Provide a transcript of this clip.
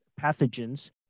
pathogens